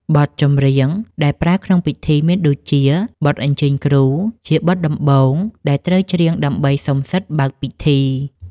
បទចម្រៀងដែលប្រើក្នុងពិធីមានដូចជា បទអញ្ជើញគ្រូ ជាបទដំបូងដែលត្រូវច្រៀងដើម្បីសុំសិទ្ធិបើកពិធី។